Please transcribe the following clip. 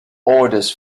orders